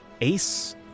Ace